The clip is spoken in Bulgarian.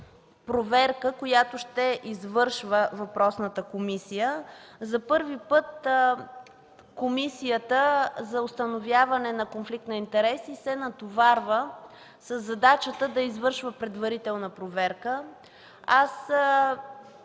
проверка, която ще извършва въпросната комисия. За първи път Комисията за установяване на конфликт на интереси се натоварва със задачата да извършва предварителна проверка. Аз